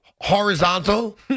horizontal